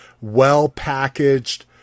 Well-packaged